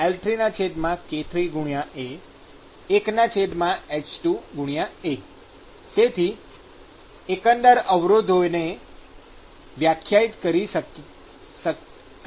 તેથી કોઈ એકંદર અવરોધકને વ્યાખ્યાયિત કરી શકે છે